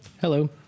Hello